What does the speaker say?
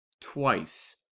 twice